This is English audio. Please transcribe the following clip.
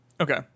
Okay